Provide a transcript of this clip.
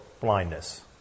blindness